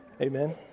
Amen